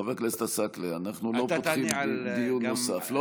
חבר הכנסת עסאקלה, אנחנו לא פותחים דיון נוסף.